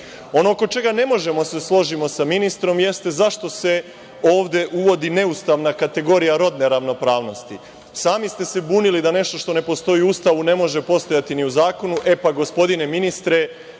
oko čega ne možemo da se složimo sa ministrom jeste – zašto se ovde uvodi neustavna kategorija rodne ravnopravnosti? Sami ste se bunili da nešto što ne postoji u Ustavu ne može postojati ni u zakonu. E, pa, gospodine ministre,